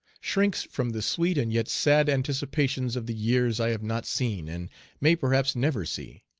shrinks from the sweet and yet sad anticipations of the years i have not seen and may perhaps never see.